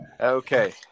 Okay